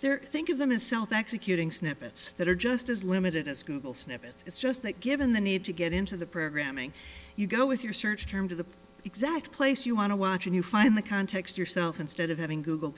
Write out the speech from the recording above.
there think of them in south x accusing snippets that are just as limited as google snippets it's just that given the need to get into the programming you go with your search term to the exact place you want to watch and you find the context yourself instead of having google